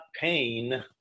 pain